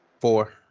Four